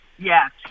Yes